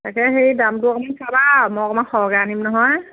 তাকে হেৰি দামটো অকণমান চাবা মই অকণমান সৰহকৈ আনিম নহয়